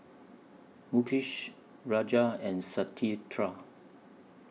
Mukesh Raja and Satyendra